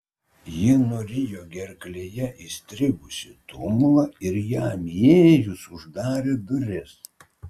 ji nurijo gerklėje įstrigusį tumulą ir jam įėjus uždarė duris